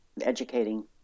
educating